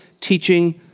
teaching